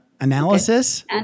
analysis